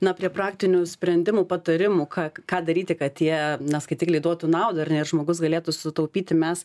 na prie praktinių sprendimų patarimų ką ką daryti kad tie na skaitikliai duotų naudą ar ne ir žmogus galėtų sutaupyti mes